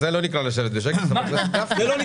זה לא נקרא לשבת בשקט, חבר הכנסת גפני.